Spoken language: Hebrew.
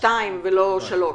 ולא 3?